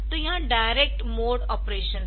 तो यह direct mode operation है